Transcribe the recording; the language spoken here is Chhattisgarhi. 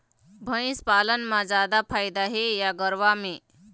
भंइस पालन म जादा फायदा हे या गरवा में?